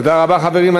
תודה רבה, חברים.